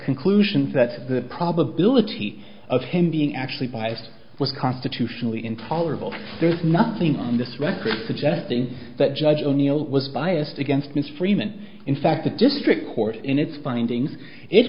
conclusions that the probability of him being actually biased was constitutionally intolerable there's nothing on this record suggesting that judge o'neill was biased against ms freeman in fact the district court in its findings it